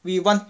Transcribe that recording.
we one